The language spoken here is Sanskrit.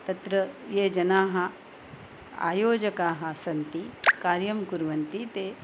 तत्र ये जनाः आयोजकाः सन्ति कार्यं कुर्वन्ति ते